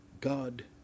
God